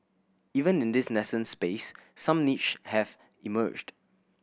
even in this nascent space some niches have emerged